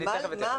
אני תיכף אתייחס.